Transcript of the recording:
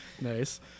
Nice